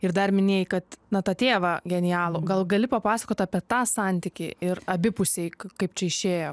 ir dar minėjai kad na tątėvą genialų gal gali papasakot apie tą santykį ir abipusiai kaip čia išėjo